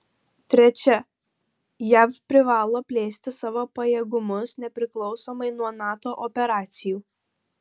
trečia jav privalo plėsti savo pajėgumus nepriklausomai nuo nato operacijų